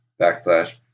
backslash